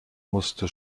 musste